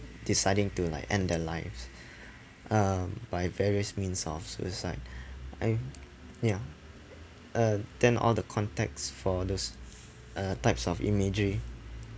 deciding to like end their lives uh by various means of suicide I ya uh then all the contacts for those uh types of imagery